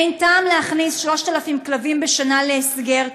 אין טעם להכניס 3,000 כלבים בשנה להסגר,